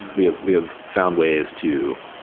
we have we have found ways to,